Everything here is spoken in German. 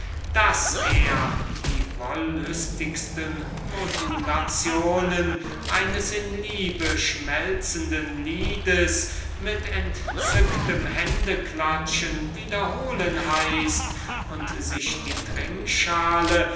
daß er die wollüstigsten läufe eines in liebe schmelzenden liedes mit entzücktem händeklatschen wiederholen heißt und sich die